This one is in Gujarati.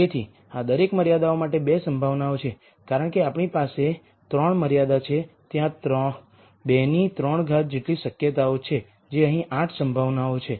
તેથી આ દરેક મર્યાદાઓ માટે 2 સંભાવનાઓ છે અને કારણ કે આપણી પાસે 3 મર્યાદા છે ત્યાં 2 ની 3 ઘાત જેટલી શક્યતાઓ છે જે અહીં 8 સંભાવનાઓ છે